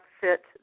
fit